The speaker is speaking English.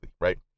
right